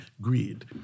greed